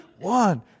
One